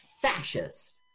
fascist